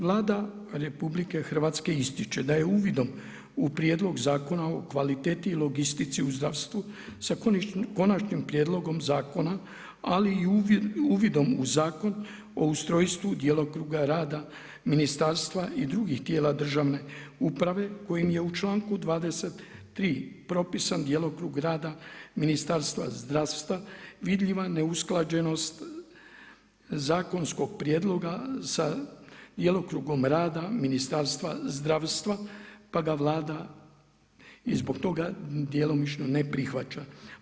Vlada RH ističe da je uvidom u Prijedlog zakona o kvaliteti i logistici u zdravstvu sa konačnim prijedlogom zakona ali i uvidom u Zakon o ustrojstvu, djelokrugu rada ministarstava i drugih tijela državne uprave kojim je u članku 23. propisan djelokrug rada Ministarstva zdravstva vidljiva neusklađenost zakonskog prijedloga sa djelokrugom rada Ministarstva zdravstva pa ga Vlada i zbog toga djelomično ne prihvaća.